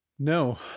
No